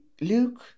Luke